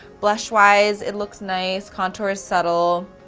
blush wise it looks nice contours subtle.